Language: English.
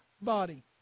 body